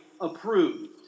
approved